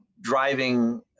driving